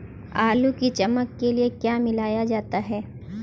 आलू में चमक के लिए क्या मिलाया जाता है?